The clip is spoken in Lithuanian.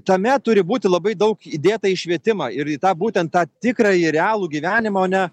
tame turi būti labai daug įdėta į švietimą ir į tą būtent tą tikrąjį realų gyvenimą o ne